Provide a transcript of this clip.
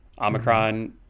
omicron